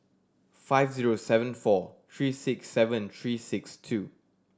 five zero seven four three six seven three six two